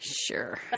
Sure